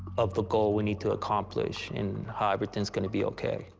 of the goal we need to accomplish and how everything's gonna be okay.